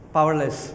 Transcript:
Powerless